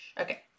Okay